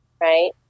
Right